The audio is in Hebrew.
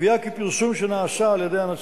נגד ונמנעים, אין.